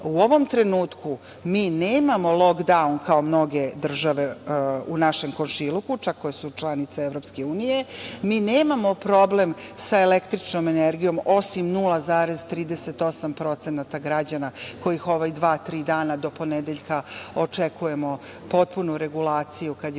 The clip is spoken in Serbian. u ovom trenutku mi nemamo "lok daun" kao mnoge države u našem komšiluku, koje su čak članice EU, mi nemamo problem sa električnom energijom, osim 0,38% građana koji ovih dva-tri dana do ponedeljka očekujemo potpunu regulaciju kada su u pitanju